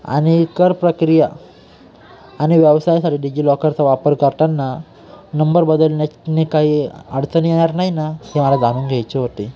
आणि करप्रक्रिया आणि व्यवसायासाठी डिजिलॉकरचा वापर करताना नंबर बदलन्याने काही अडचणी येणार नाही ना हे मला जाणून घ्यायचे होते